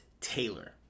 Taylor